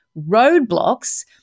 roadblocks